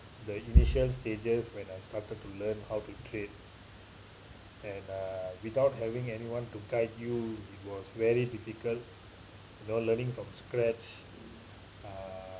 the initial stages when I started to learn how to trade and uh without having anyone to guide you was very difficult you know learning from scratch uh